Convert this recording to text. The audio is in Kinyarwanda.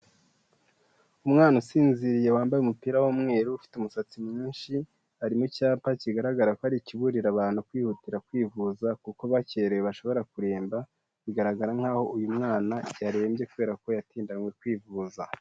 Umwana usinziriye wambaye umupira w'umweru, ufite umusatsi mwinshi, ari mu cyapa kigaragara ko ari ikiburira abantu kwihutira kwivuza, kuko bakererewe bashobora kuremba, bigaragara nk'aho uyu mwana yarembye kubera ko yatindanwe kwivuza.